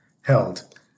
Held